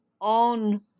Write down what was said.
on